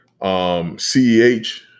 Ceh